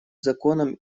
законом